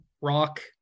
Rock